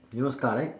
you know ska right